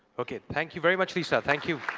ok. thank you very much, lisa. thank you.